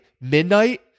midnight